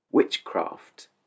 Witchcraft